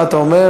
מה אתה אומר?